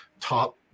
top